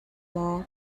maw